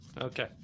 Okay